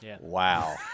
Wow